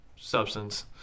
substance